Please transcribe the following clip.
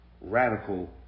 radical